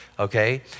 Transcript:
Okay